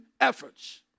efforts